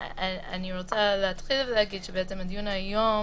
אני רוצה להתחיל ולהגיד שהדיון היום